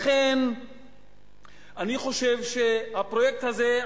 לכן אני חושב שהפרויקט הזה,